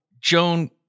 Joan